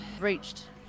reached